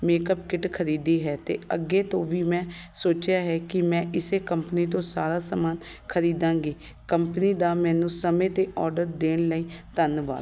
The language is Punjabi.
ਮੇਕਅਪ ਕਿਟ ਖਰੀਦੀ ਹੈ ਅਤੇ ਅੱਗੇ ਤੋਂ ਵੀ ਮੈਂ ਸੋਚਿਆ ਹੈ ਕਿ ਮੈਂ ਇਸੇ ਕੰਪਨੀ ਤੋਂ ਸਾਰਾ ਸਮਾਨ ਖਰੀਦਾਂਗੀ ਕੰਪਨੀ ਦਾ ਮੈਨੂੰ ਸਮੇਂ 'ਤੇ ਔਰਡਰ ਦੇਣ ਲਈ ਧੰਨਵਾਦ